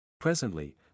Presently